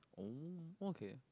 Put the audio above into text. oh okay